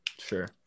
Sure